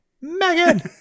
Megan